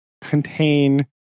contain